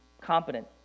competent